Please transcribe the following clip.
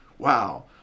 Wow